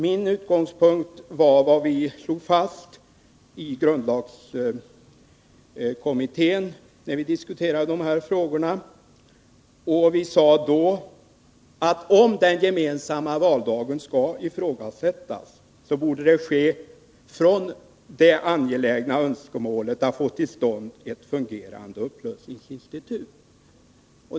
Min utgångspunkt var vad vi slog fast i grundlagskommittén, när vi diskuterade de här frågorna. Vi sade då att om den gemensamma valdagen skallifrågasättas, borde det ske från det angelägna önskemålet att få till stånd ett fungerande upplösningsinstitut.